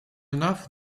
enough